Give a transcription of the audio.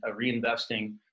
reinvesting